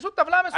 פשוט טבלה מסודרת.